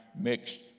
mixed